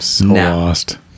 Lost